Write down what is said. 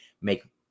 make